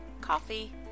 Coffee